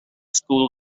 school